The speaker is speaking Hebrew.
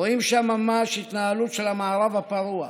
רואים שם ממש התנהלות של המערב הפרוע.